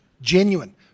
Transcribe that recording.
Genuine